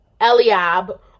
Eliab